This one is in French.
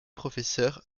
professeur